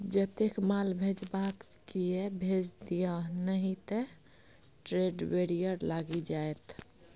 जतेक माल भेजबाक यै भेज दिअ नहि त ट्रेड बैरियर लागि जाएत